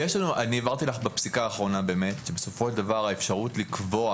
אני העברתי לך בפסיקה האחרונה שבסופו של דבר האפשרות לקבוע